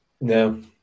No